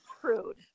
prude